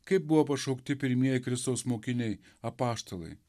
kaip buvo pašaukti pirmieji kristaus mokiniai apaštalai